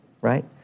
right